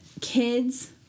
kids